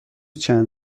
چند